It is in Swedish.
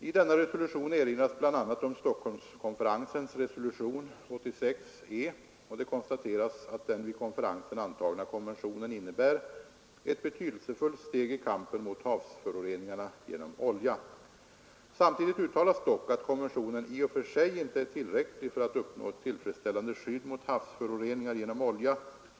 I denna resolution erinras bl.a. om Stockholmskonferensens resolution 86 , och det konstateras att den vid konferensen antagna konventionen i och för sig inte är tillräcklig för att uppnå ett tillfredsställande skydd mot havsföroreningar genom olja.